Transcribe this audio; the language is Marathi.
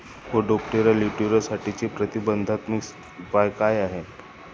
स्पोडोप्टेरा लिट्युरासाठीचे प्रतिबंधात्मक उपाय काय आहेत?